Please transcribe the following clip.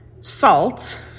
Salt